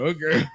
Okay